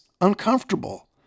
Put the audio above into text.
uncomfortable